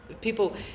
people